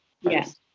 yes